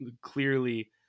clearly